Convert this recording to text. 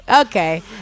Okay